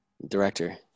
Director